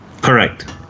Correct